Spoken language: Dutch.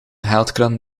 geldkraan